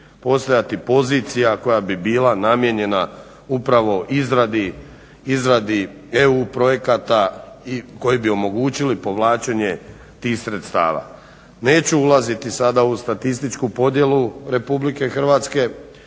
postojati pozicija koja bi bila namijenjena upravo izradi EU projekata i koji bi omogućili povlačenje tih sredstava. Neću ulaziti sada u statističku podjelu RH ali svakako